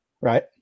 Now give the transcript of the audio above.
Right